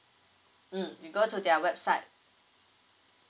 um you go to their website